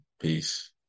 peace